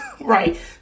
right